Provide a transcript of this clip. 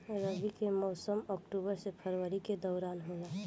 रबी के मौसम अक्टूबर से फरवरी के दौरान होला